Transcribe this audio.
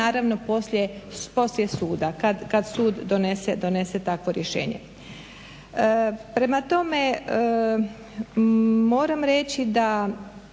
Naravno polije suda kad sud donese takvo rješenje. Prema tome, moram reći da